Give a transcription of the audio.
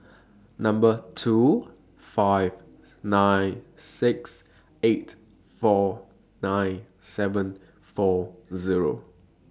Number two five nine six eight four nine seven four Zero